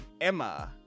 emma